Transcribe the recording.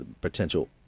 potential